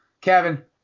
Kevin